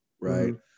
right